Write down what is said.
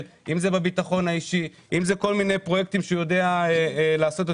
בביטחון האישי ובכל מיני פרויקטים אחרים,